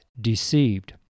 Deceived